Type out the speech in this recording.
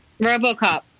RoboCop